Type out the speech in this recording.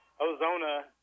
Ozona